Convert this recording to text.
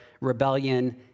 rebellion